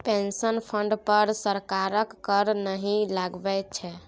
pension fund पर सरकार कर नहि लगबै छै